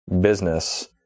business